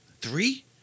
three